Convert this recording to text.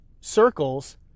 circles